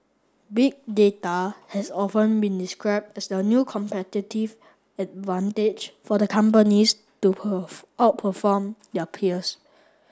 Big Data has often been described as the new competitive advantage for the companies to perform outperform their peers